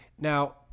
now